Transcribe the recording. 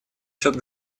счет